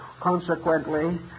Consequently